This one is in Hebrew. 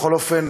בכל אופן,